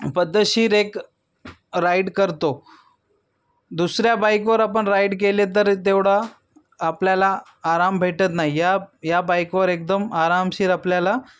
पध्दतशीर एक राईड करतो दुसऱ्या बाईकवर आपण राईड केले तरी तेवढा आपल्याला आराम भेटत नाही या या बाईकवर एकदम आरामशीर आपल्याला